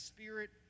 Spirit